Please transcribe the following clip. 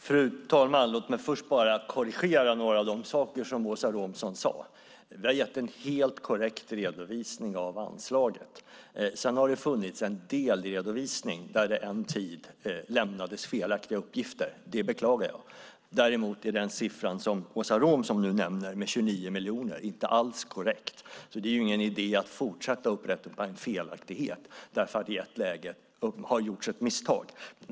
Fru talman! Låt mig börja med några korrigeringar beträffande det som Åsa Romson sade. Vi har gett en helt korrekt redovisning av anslaget. Men det har funnits en delredovisning där det en tid lämnades felaktiga uppgifter. Det beklagar jag. Däremot är de 29 miljoner som Åsa Romson här nämner inte alls ett korrekt belopp. Det är ingen idé att fortsätta att ta upp en felaktighet därför att det i ett läge gjorts ett misstag.